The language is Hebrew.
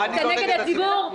אתה נגד הציבור?